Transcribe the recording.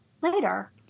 later